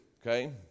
okay